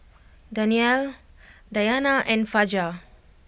Danial Dayana and Fajar